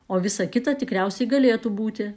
o visa kita tikriausiai galėtų būti